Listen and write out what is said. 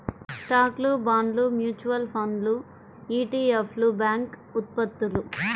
స్టాక్లు, బాండ్లు, మ్యూచువల్ ఫండ్లు ఇ.టి.ఎఫ్లు, బ్యాంక్ ఉత్పత్తులు